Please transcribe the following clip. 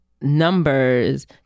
numbers